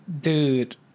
Dude